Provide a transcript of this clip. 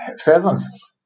pheasants